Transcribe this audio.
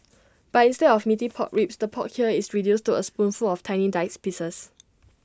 but instead of Meaty Pork Ribs the pork here is reduced to A spoonful of tiny diced pieces